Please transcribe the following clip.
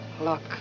Look